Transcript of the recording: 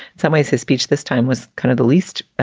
some ways his speech this time was kind of the least